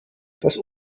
das